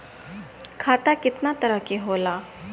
खाता केतना तरह के होला?